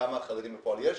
כמה חרדים בפועל יש.